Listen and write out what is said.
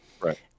Right